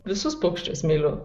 visus paukščius myliu